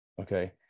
Okay